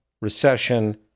recession